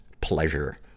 pleasure